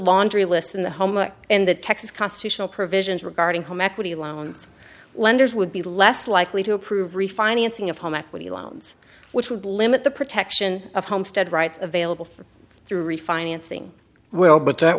laundry list in the home and the texas constitutional provisions regarding home equity loans lenders would be less likely to approve refinancing of home equity loans which would limit the protection of homestead rights available for through refinancing well but that